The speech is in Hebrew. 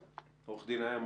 בבקשה, עורכת הדין איה מרקביץ.